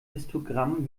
histogramm